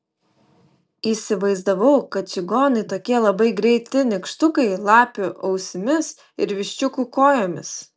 įsivaizdavau kad čigonai tokie labai greiti nykštukai lapių ausimis ir viščiukų kojomis